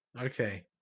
Okay